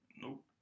Nope